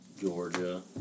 Georgia